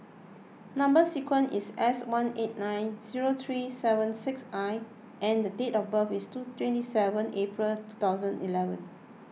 Number Sequence is S one eight nine zero three seven six I and date of birth is two twenty seven April two thousand eleven